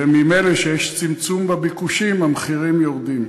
וממילא כשיש צמצום בביקוש, המחירים יורדים.